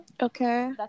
Okay